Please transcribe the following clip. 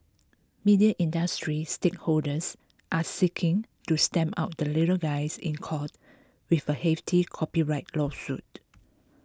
media industry stakeholders are seeking to stamp out the little guys in court with a hefty copyright lawsuit